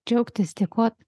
džiaugtis dėkot